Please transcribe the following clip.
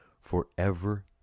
forever